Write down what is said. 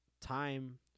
time